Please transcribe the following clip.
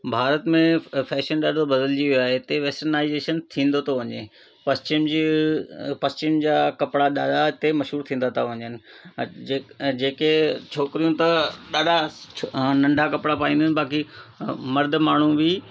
भारत में फैशन ॾाढो बदिलिजी वियो आहे हिते वेस्टानाइज़ेशन थींदो थो वञे पश्चिम पश्चिम जा कपिड़ा ॾाढा हिते मशहूरु थींदा था वञनि जेके छोकिरियूं अथव ॾाढा नंढा कपिड़ा पाईंदियूं आहिनि की मर्दु माण्हू बि